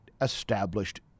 established